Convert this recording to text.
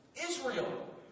Israel